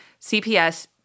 CPS